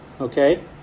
okay